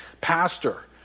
Pastor